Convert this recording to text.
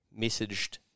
messaged